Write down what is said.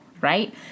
Right